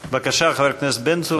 בבקשה, חבר הכנסת בן צור.